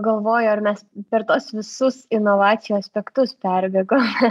galvoju ar mes per tuos visus inovacijų aspektus perbėgome